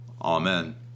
Amen